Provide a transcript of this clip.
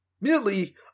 merely